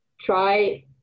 try